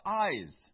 eyes